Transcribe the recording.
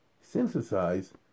synthesize